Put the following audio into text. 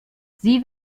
sie